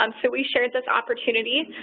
um so we shared this opportunity.